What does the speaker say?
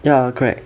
ya correct